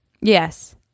Yes